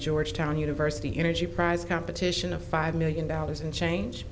georgetown university energy prize competition of five million dollars and change